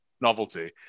novelty